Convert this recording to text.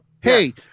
hey